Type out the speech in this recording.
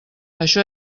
això